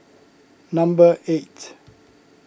number eight